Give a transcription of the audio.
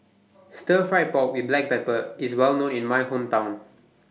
Stir Fried Pork with Black Pepper IS Well known in My Hometown